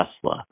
Tesla